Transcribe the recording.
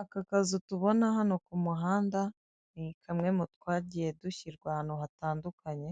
Aka kazi tubona hano ku muhanda ni kamwe mu twagiye dushyirwa ahantu hatandukanye